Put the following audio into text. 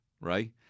right